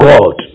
God